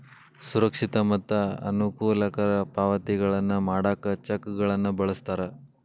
ಸುರಕ್ಷಿತ ಮತ್ತ ಅನುಕೂಲಕರ ಪಾವತಿಗಳನ್ನ ಮಾಡಾಕ ಚೆಕ್ಗಳನ್ನ ಬಳಸ್ತಾರ